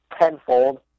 tenfold